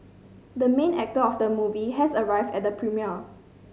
the main actor of the movie has arrived at the premiere